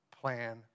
plan